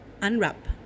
unwrap